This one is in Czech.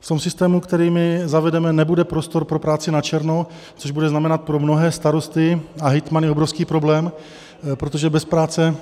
V systému, který zavedeme, nebude prostor pro práci načerno, což bude znamenat pro mnohé starosty a hejtmany obrovský problém, protože bez práce,